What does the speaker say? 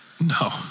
No